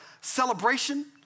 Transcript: celebration